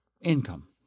income